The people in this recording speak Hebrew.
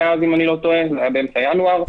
זה היה באמצע ינואר.